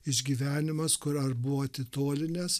išgyvenimas kur ar buvo atitolinęs